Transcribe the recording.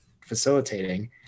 facilitating